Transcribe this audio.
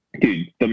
dude